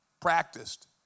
practiced